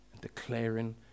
declaring